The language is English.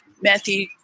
Matthew